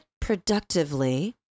productively